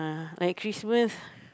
like Christmas